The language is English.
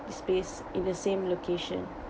the space in the same location